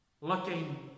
Looking